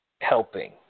helping